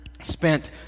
spent